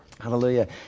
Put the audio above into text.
Hallelujah